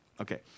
Okay